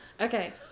Okay